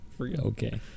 Okay